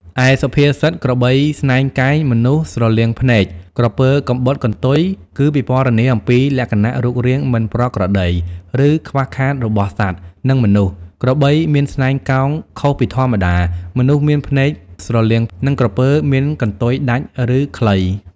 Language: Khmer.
ឯសុភាសិត ក្របីស្នែងកែង មនុស្សស្រលៀងភ្នែក ក្រពើកំបុតកន្ទុយ គឺពិពណ៌នាអំពីលក្ខណៈរូបរាងមិនប្រក្រតី ឬខ្វះខាតរបស់សត្វ និងមនុស្ស ក្របីមានស្នែងកោងខុសពីធម្មតា មនុស្សមានភ្នែកស្រលៀង និងក្រពើមានកន្ទុយដាច់ ឬខ្លី។